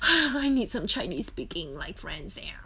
I need some chinese speaking like friends there